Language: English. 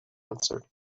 answered